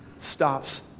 stops